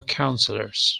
councillors